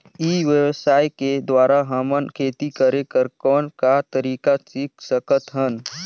ई व्यवसाय के द्वारा हमन खेती करे कर कौन का तरीका सीख सकत हन?